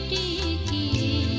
e